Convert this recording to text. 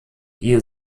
ihr